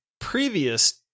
previous